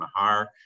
Mahar